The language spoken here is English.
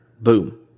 boom